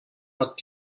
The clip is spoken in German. hat